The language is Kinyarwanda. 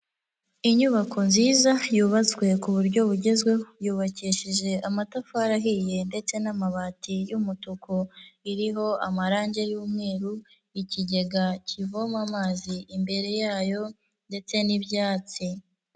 Inyubako nziza yubatswe ku buryo bugezweho, yubakishije amatafari ahiye ndetse n'amabati y'umutuku, iriho amarange y'umweru, ikigega kivoma amazi imbere yayo ndetse n'ibyatsi.